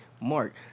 mark